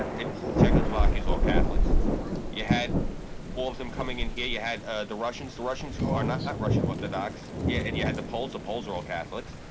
its check those monkeys all catholics you had all of them coming in here you had ah the russians the russians who are not not russian orthodox yeah, and you had the poles the poles are all catholics